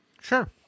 Sure